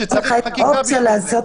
לגבי שלושת